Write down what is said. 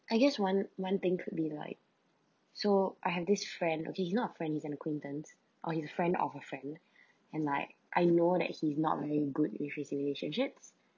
I guess one one thing could be like so I have this friend okay he is not a friend he is an acquaintance or he is a friend of a friend and like I know that he is not really good with his relationships